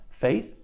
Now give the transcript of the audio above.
Faith